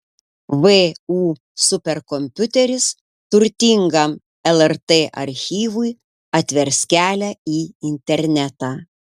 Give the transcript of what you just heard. vu superkompiuteris turtingam lrt archyvui atvers kelią į internetą